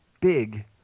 big